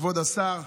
כבוד השר.